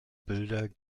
bilder